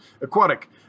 Aquatic